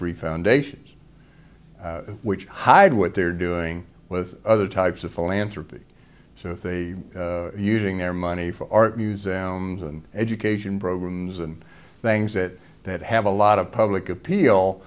free foundations which hide what they're doing with other types of philanthropy so if they using their money for art museums and education programs and things that that have a lot of public appeal